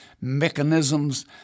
mechanisms